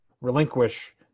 relinquish